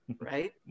right